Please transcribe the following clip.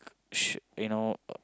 should you know